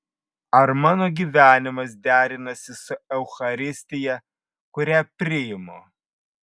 ar mano gyvenimas derinasi su eucharistija kurią priimu